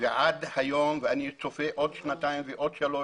ועד היום ואני צופה שגם בעוד שנתיים ושלוש